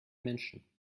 menschen